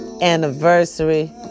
anniversary